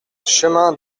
chemin